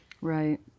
right